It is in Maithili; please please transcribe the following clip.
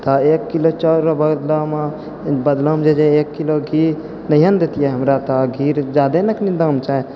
तऽ एक किलो चाउरके बदलामे जे रहै एक किलो घी नहि ने देतियै हमरा तऽ घी के जादा ने कनि दाम छै